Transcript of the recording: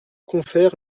confer